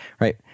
Right